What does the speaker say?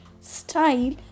style